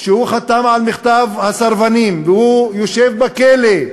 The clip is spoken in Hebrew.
שחתם על מכתב הסרבנים והוא יושב בכלא,